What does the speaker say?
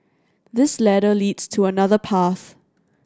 this ladder leads to another path